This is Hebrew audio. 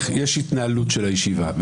אני אתן לך הסבר אחר כך, אם תרצי, אתן לך הסבר.